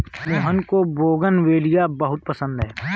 मोहन को बोगनवेलिया बहुत पसंद है